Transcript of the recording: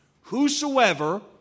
Whosoever